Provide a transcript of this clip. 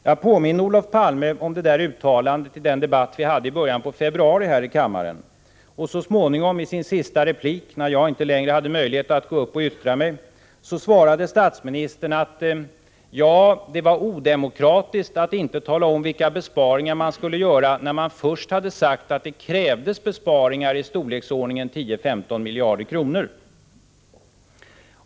Jag påminde Olof Palme om det uttalandet i en debatt som vi hade i början av februari här i kammaren, och i sin sista replik, när jag inte längre hade möjlighet att bemöta honom, svarade statsministern så småningom: Ja, det var odemokratiskt att inte tala om vilka besparingar man skulle göra när man först hade sagt att det krävdes besparingar i storleksordningen 10-15 miljarder kronor.